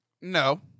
No